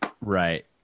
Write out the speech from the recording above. right